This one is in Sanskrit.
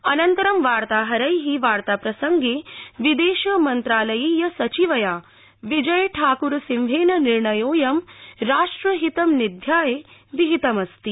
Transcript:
अनन्तरं वार्ताहै वार्ता प्रसंगे विदेशमन्त्रालयीय सचिवया विजय ठाकुर सिंहेन निर्णयोऽयं राष्ट्रहितं निध्याय विहितमस्ति